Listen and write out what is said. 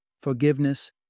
forgiveness